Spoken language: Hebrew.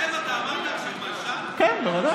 אין אותם, בליכוד?